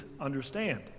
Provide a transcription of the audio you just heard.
understand